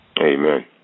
Amen